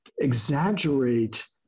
exaggerate